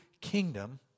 kingdom